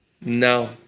no